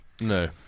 No